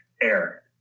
air